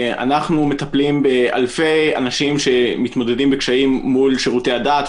אנחנו מטפלים באלפי אנשים שמתמודדים עם קשיים מול שירותי הדת,